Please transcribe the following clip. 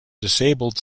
disabled